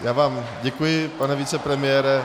Já vám děkuji, pane vicepremiére.